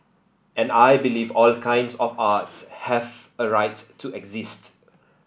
and I believe all kinds of art have a right to exist